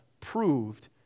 proved